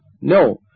No